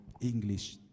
English